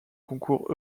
concours